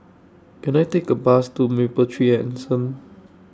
Can I Take A Bus to Mapletree Anson